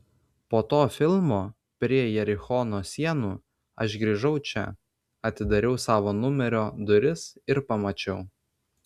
po to filmo prie jerichono sienų aš grįžau čia atidariau savo numerio duris ir pamačiau